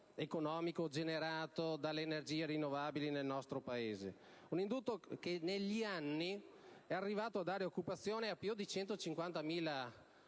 economico generato dalle energie rinnovabili nel nostro Paese: un indotto che negli anni è arrivato a dare occupazione a più di 150.000